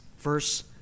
Verse